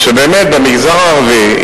שבאמת במגזר הערבי,